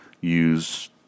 use